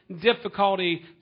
difficulty